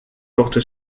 porte